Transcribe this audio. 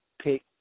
pick